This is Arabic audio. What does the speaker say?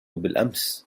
بالأمس